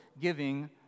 giving